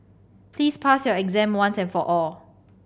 please pass your exam once and for all